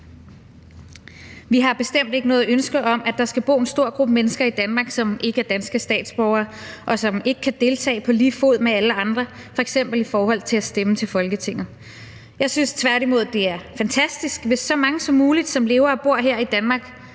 Vi har bestemt ikke noget ønske om, at der skal bo en stor gruppe mennesker i Danmark, som ikke er danske statsborgere, og som ikke kan deltage på lige fod med alle andre, f.eks. i forhold til at stemme til Folketinget. Jeg synes tværtimod, at det er fantastisk, hvis så mange som muligt, som lever og bor her i Danmark,